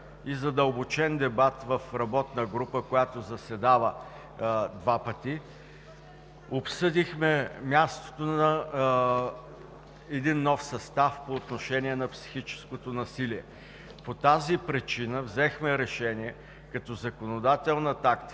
и задълбочен дебат в работната група, която заседава два пъти, обсъдихме мястото на един нов състав по отношение на психическото насилие. По тази причина взехме решение, като законодателна тактика